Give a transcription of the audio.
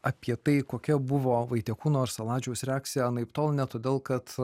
apie tai kokia buvo vaitekūno ir saladžiaus reakcija anaiptol ne todėl kad